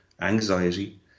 anxiety